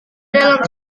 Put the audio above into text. dalam